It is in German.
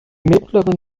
mittleren